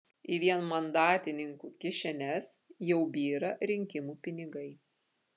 į vienmandatininkų kišenes jau byra rinkimų pinigai